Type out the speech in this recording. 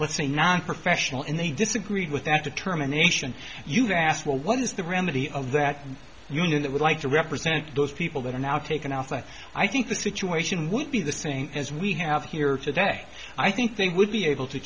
let's say nonprofessional and they disagreed with that determination you've asked well what is the remedy of that unit that would like to represent those people that are now taken out i think the situation would be the same as we have here today i think things would be able to